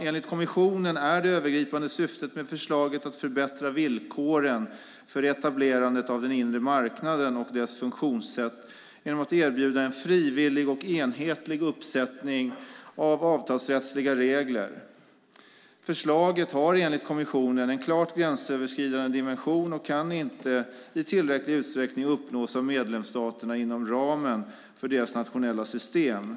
Enligt kommissionen är det övergripande syftet med förslaget att förbättra villkoren för etablerandet av den inre marknaden och dess funktionssätt genom att erbjuda en frivillig och enhetlig uppsättning av avtalsrättsliga regler. Förslaget har enligt kommissionen en klart gränsöverskridande dimension och kan inte i tillräcklig utsträckning uppnås av medlemsstaterna inom ramen för deras nationella system.